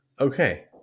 okay